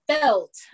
felt